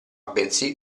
bensì